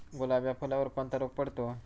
गुलाब या फुलावर कोणता रोग पडतो?